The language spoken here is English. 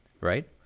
right